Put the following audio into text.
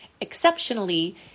exceptionally